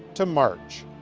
to march.